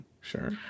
Sure